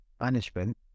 management